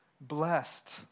blessed